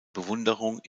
bewunderung